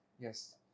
yes